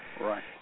Right